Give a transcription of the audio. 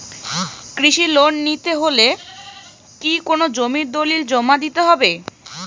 কৃষি লোন নিতে হলে কি কোনো জমির দলিল জমা দিতে হবে?